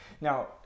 now